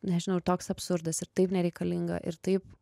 nežinau ir toks absurdas ir taip nereikalinga ir taip